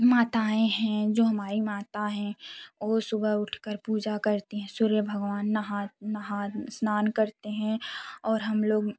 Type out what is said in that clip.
माताएँ हैं जो हमारी माता हैं वह सुबह उठ कर पूजा करते हैं सूर्य भगवान नहा नहा स्नान करते हैं और हम लोग